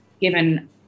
given